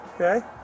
okay